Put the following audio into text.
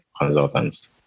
consultants